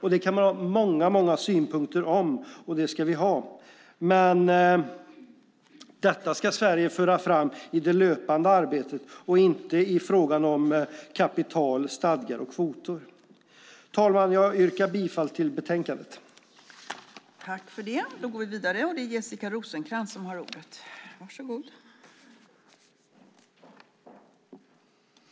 Detta kan man ha många synpunkter på, och det ska vi ha. Men dessa ska Sverige föra fram i det löpande arbetet och inte i frågan om kapital, stadgar och kvoter. Fru talman! Jag yrkar bifall till utskottets förslag till beslut i betänkandet.